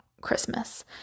Christmas